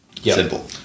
Simple